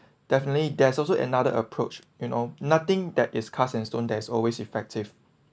definitely there's also another approach you know nothing that its cast in stone there is always effective